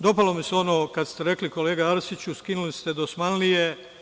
Dopalo mi se ono kad ste rekli, kolega Arsiću, skinuli ste dosmanlije.